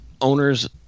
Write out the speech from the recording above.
owners